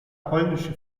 polnische